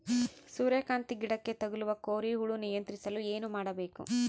ಸೂರ್ಯಕಾಂತಿ ಗಿಡಕ್ಕೆ ತಗುಲುವ ಕೋರಿ ಹುಳು ನಿಯಂತ್ರಿಸಲು ಏನು ಮಾಡಬೇಕು?